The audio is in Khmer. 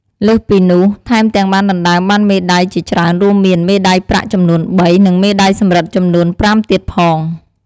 លើសពីនោះថែមទាំងបានដណ្ដើមបានមេដាយជាច្រើនរួមមាន មេដាយប្រាក់ចំនួន ៣ និងមេដាយសំរឹទ្ធចំនួន ៥ទៀតផង។